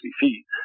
feet